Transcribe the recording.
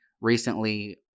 recently